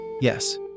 Yes